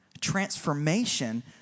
Transformation